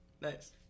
Nice